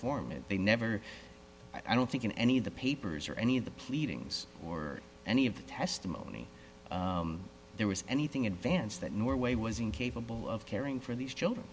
form and they never i don't think in any of the papers or any of the pleadings or any of the testimony there was anything advanced that norway was incapable of caring for these children